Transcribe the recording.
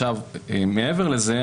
מעבר לזה,